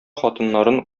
хатыннарын